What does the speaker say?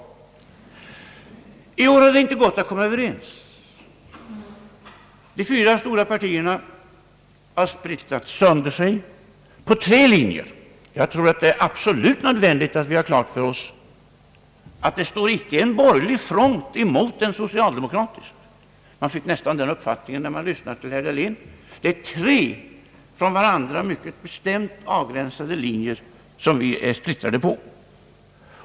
I år har det inte gått att komma överens. De fyra stora partierna har splittrat sönder sig på tre linjer. Jag tror att det är absolut nödvändigt att vi har klart för oss att det inte står en borgerlig front mot den socialdemokratiska. Man fick nästan den uppfattningen när man lyssnade till herr Dahlén. Det är tre från varandra mycket bestämt avgränsade linjer som vi är splittrade på.